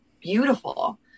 beautiful